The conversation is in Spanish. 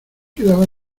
quedaba